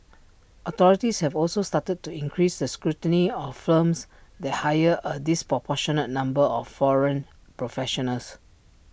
authorities have also started to increase the scrutiny of firms that hire A disproportionate number of foreign professionals